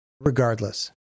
regardless